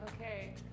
Okay